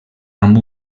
amb